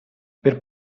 per